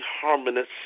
harmonious